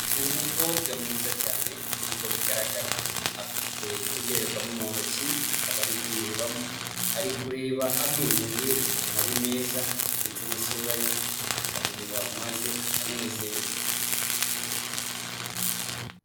umukobwa mwiza cyane nkuko bigaragara afite indorerwamo mu ntoki akaba ari kurebamo, ari kureba amenyo ye ukuntu ari meza ndetse n'isura ye, akareba maze akanezerwa.